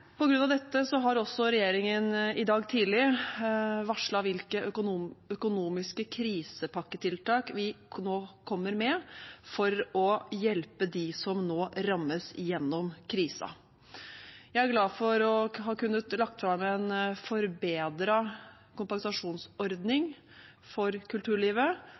regjeringen i dag tidlig varslet hvilke økonomiske krisepakketiltak vi nå kommer med for å hjelpe dem som nå rammes, gjennom krisen. Jeg er glad for å ha kunnet legge fram en forbedret kompensasjonsordning for kulturlivet